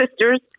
sisters